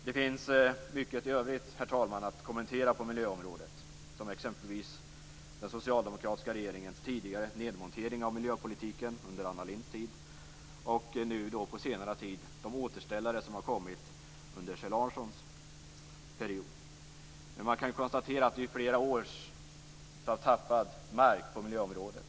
Det finns mycket i övrigt, herr talman, att kommentera på miljöområdet, som exempelvis den socialdemokratiska regeringens tidigare nedmontering av miljöpolitiken under Anna Lindhs tid och på senare tid de återställare som har kommit under Kjell Larssons period. Man kan konstatera att vi under flera år har tappat mark på miljöområdet.